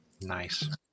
nice